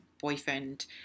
boyfriend